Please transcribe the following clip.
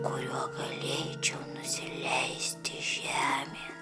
kuriuo galėčiau nusileisti žemėn